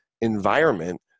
environment